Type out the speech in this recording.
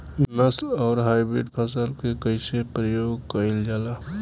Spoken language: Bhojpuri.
नस्ल आउर हाइब्रिड फसल के कइसे प्रयोग कइल जाला?